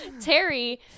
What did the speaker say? Terry